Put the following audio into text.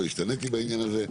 לא השתניתי בעניין הזה.